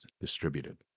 Distributed